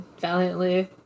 valiantly